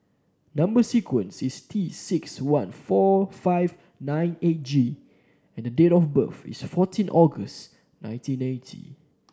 number sequence is T six one four five nine eight G and the date of birth is fourteen August nineteen eighty